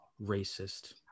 racist